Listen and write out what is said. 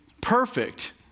perfect